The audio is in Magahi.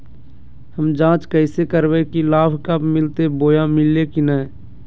हम जांच कैसे करबे की लाभ कब मिलते बोया मिल्ले की न?